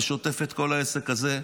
ושוטף את כל העסק הזה.